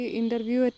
interview